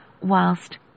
whilst